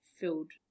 filled